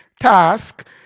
task